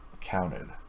counted